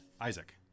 isaac